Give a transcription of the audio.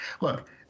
look